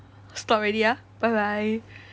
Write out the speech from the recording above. stop already ah bye bye